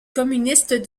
communiste